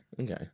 Okay